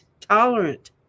tolerant